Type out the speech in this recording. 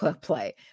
Play